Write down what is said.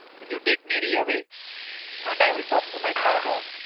will you take mary away and i will talk to my father.